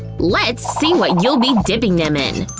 let's see what you'll be dipping them in.